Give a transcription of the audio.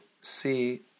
see